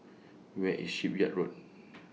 Where IS Shipyard Road